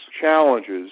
challenges